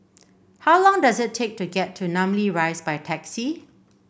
how long does it take to get to Namly Rise by taxi